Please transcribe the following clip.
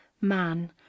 Man